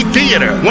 Theater